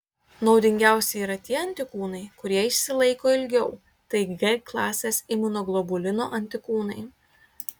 naudingiausi yra tie antikūnai kurie išsilaiko ilgiau tai g klasės imunoglobulino antikūnai